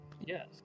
Yes